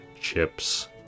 chips